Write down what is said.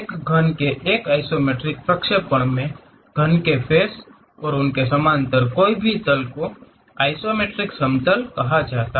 एक घन के एक आइसोमेट्रिक प्रक्षेपण में घन के फ़ेस और उनके समांतर कोई भी तल को आइसोमेट्रिक समतल कहा जाता है